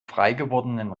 freigewordenen